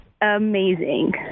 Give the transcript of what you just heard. amazing